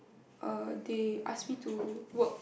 err they ask me to work